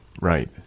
Right